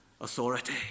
authority